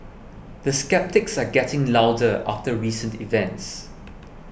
the sceptics are getting louder after recent events